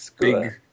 big